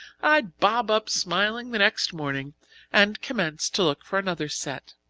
i'd bob up smilingly the next morning and commence to look for another set.